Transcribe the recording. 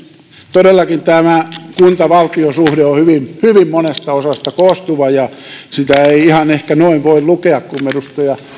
todellakin tämä kunta valtiosuhde on hyvin hyvin monesta osasta koostuva ja sitä ei ehkä ihan noin voi lukea kuin edustaja